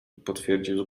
potwierdził